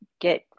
get